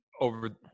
over